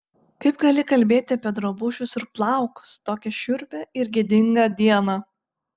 kaip gali kalbėti apie drabužius ir plaukus tokią šiurpią ir gėdingą dieną